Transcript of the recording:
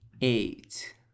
Eight